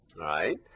right